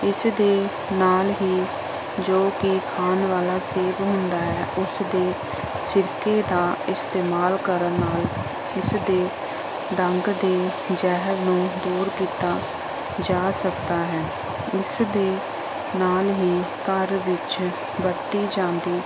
ਇਸ ਦੇ ਨਾਲ ਹੀ ਜੋ ਕਿ ਖਾਣ ਵਾਲਾ ਸੇਬ ਹੁੰਦਾ ਹੈ ਉਸ ਦੇ ਸਿਰਕੇ ਦਾ ਇਸਤੇਮਾਲ ਕਰਨ ਨਾਲ ਉਸ ਦੇ ਡੰਗ ਦੇ ਜਹਿਰ ਨੂੰ ਦੂਰ ਕੀਤਾ ਜਾ ਸਕਦਾ ਹੈ ਇਸ ਦੇ ਨਾਲ ਹੀ ਘਰ ਵਿੱਚ ਵਰਤੀ ਜਾਂਦੀ